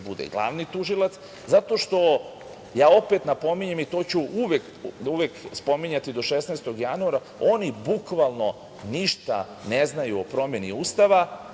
bude glavni tužilac, zato što, ja opet napominjem i to ću uvek spominjati do 16. januara, oni bukvalno ništa ne znaju o promeni Ustava